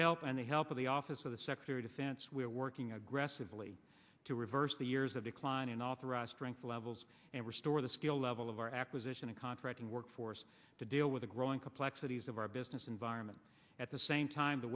help and the help of the office of the secretary defense we are working aggressively to reverse the years of decline in authorized strength levels and restore the skill level of our acquisition of contracting workforce to deal with the growing complexities of our business environment at the same time the